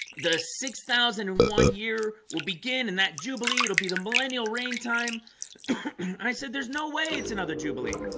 the six thousand and one year will begin in that jubilee. it'll be the millennial rain time i said there's no way it's another jubilee